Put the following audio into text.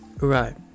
Right